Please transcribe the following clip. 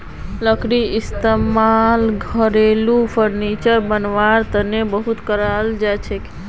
लकड़ीर इस्तेमाल घरेलू फर्नीचर बनव्वार तने बहुत कराल जाछेक